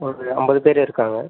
ஒரு ஐம்பது பேர் இருக்காங்க